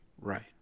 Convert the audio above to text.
Right